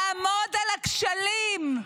לעמוד על הכשלים.